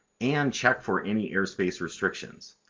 and check for any airspace restrictions.